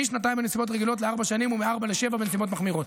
משנתיים בנסיבות רגילות לארבע שנים ומארבע לשבע בנסיבות מחמירות,